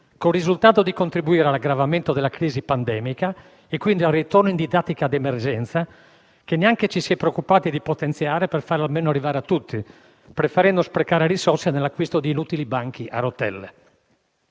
il risultato di contribuire all'aggravamento della crisi pandemica e, quindi, al ritorno alla didattica di emergenza, che neanche ci si è preoccupati di potenziare per farla almeno arrivare a tutti, preferendo sprecare risorse nell'acquisto di inutili banchi a rotelle.